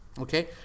Okay